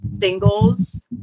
singles